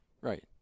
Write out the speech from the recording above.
Right